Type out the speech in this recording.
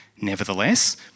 Nevertheless